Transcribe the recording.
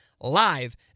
live